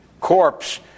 corpse